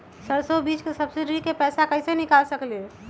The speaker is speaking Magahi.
सरसों बीज के सब्सिडी के पैसा कईसे निकाल सकीले?